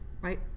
right